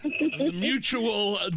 Mutual